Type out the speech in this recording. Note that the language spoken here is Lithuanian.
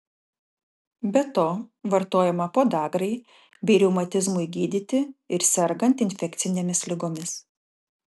be to vartojama podagrai bei reumatizmui gydyti ir sergant infekcinėmis ligomis